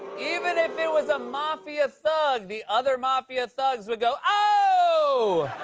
even if it was a mafia thug, the other mafia thugs would go, oh!